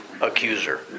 accuser